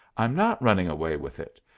i'm not running away with it.